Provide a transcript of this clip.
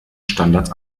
standards